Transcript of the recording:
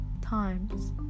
times